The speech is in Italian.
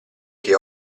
che